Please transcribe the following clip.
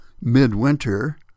midwinter